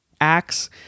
acts